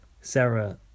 Sarah